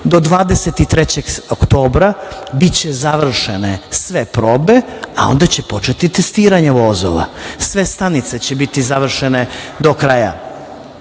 2024. godine biće završene sve probe, a onda će početi testiranje vozova. Sve stanice će biti završene do kraja